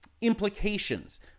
implications